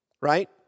right